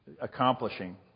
accomplishing